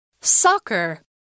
Soccer